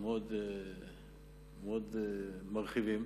מאוד מרחיבים.